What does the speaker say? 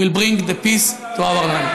will bring the peace to our land.